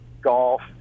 golf